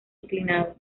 inclinado